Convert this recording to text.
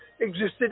existed